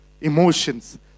emotions